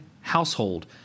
household